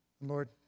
Lord